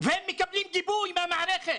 והם מקבלים גיבוי מהמערכת.